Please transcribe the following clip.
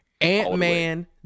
Ant-Man